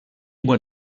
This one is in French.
mois